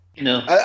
No